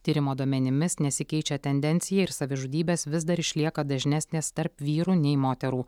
tyrimo duomenimis nesikeičia tendencija ir savižudybės vis dar išlieka dažnesnės tarp vyrų nei moterų